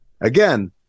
Again